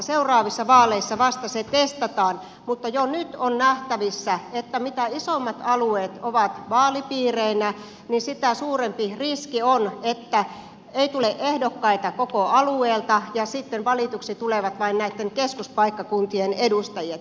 seuraavissa vaaleissa se vasta testataan mutta jo nyt on nähtävissä että mitä isommat alueet ovat vaalipiireinä niin sitä suurempi riski on että ei tule ehdokkaita koko alueelta ja sitten valituksi tulevat vain näitten keskuspaikkakuntien edustajat